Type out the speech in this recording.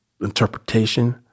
interpretation